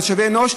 משאבי אנוש,